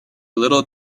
little